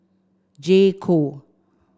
j co